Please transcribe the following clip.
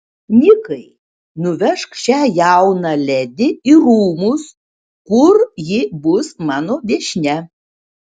nikai nuvežk šią jauną ledi į rūmus kur ji bus mano viešnia